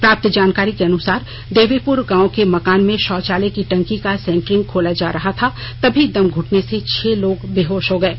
प्राप्त जानकारी के अनुसार देवीपुर गांव के मकान में शौचालय की टंकी का सेंटरिंग खोला जा रहा था तभी दम घूटने से छह लोग बेहोश हो गये